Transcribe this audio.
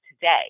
today